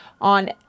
On